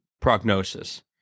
prognosis